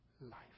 life